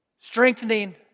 strengthening